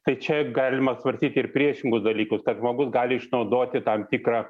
tai čia galima svartyti ir priešingus dalykus kad žmogus gali išnaudoti tam tikrą